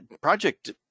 project